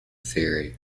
theory